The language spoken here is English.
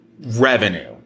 revenue